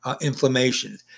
inflammation